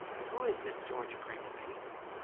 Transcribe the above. and who is this george prince, anyway?